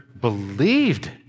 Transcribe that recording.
believed